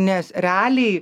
nes realiai